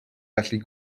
felly